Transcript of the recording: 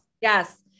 Yes